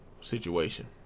situation